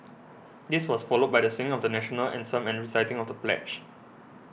this was followed by the sing of the National Anthem and reciting of the pledge